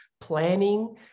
planning